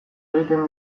egiten